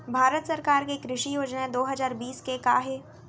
भारत सरकार के कृषि योजनाएं दो हजार बीस के का हे?